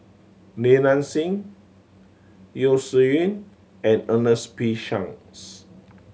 Li Nanxing Yeo Shih Yun and Ernest P Shanks